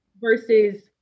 Versus